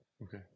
Okay